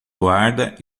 guarda